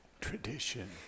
Tradition